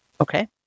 Okay